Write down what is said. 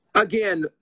again